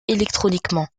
électroniquement